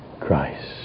Christ